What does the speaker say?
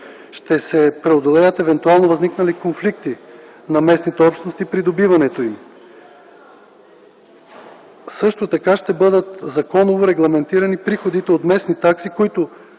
ще се преодолеят евентуално възникнали конфликти на местните общности при добиването им. Също така законово ще бъдат регламентирани приходите от местни такси, които